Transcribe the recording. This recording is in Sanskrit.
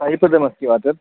स्थायिपदमस्ति वा तत्